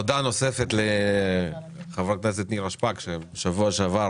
תודה נוספת לחה"כ נירה שפק, ששבוע שעבר